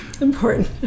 important